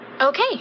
Okay